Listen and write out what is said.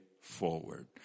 forward